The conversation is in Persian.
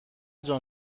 جان